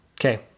Okay